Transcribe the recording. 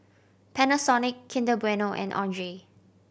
Panasonic Kinder Bueno and Andre